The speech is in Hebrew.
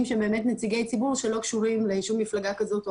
שהם באמת נציגי ציבור שלא קשורים לשום מפלגה כזאת או